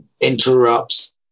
interrupts